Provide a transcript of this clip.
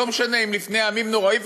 לא משנה אם לפני ימים נוראים,